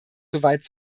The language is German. soweit